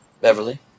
Beverly